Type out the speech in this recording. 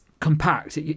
Compact